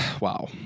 wow